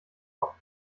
kopf